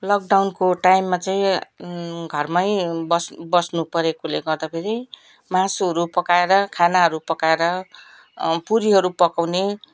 लकडाउनको टाइममा चाहिँ घरमै बस् बस्नुपरेकोले गर्दाखेरि मासुहरू पकाएर खानाहरू पकाएर पुरीहरू पकाउने